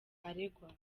aregwa